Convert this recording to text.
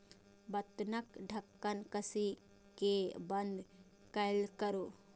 बर्तनक ढक्कन कसि कें बंद कैल करू